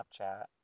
Snapchat